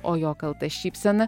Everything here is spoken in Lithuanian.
o jo kalta šypsena